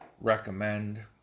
recommend